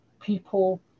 people